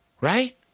right